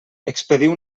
expediu